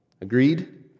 Agreed